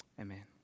Amen